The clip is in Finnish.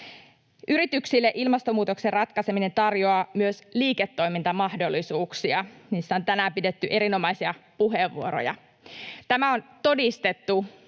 Yrityksille ilmastonmuutoksen ratkaiseminen tarjoaa myös liiketoimintamahdollisuuksia. Niistä on tänään pidetty erinomaisia puheenvuoroja. Tämä on todistettu